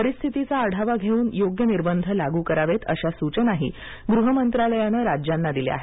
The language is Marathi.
परिस्थितीचा आढावा घेऊन योग्य निर्बंध लागू करावेत अशा सूचनाही गृह मंत्रालयानं राज्यांना दिल्या आहेत